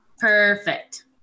Perfect